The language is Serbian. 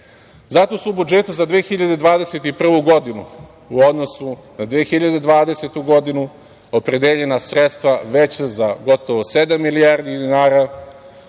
Zato su u budžetu za 2021. godinu u odnosu na 2020. godinu opredeljena sredstva veća za gotovo sedam milijardi dinara